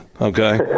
Okay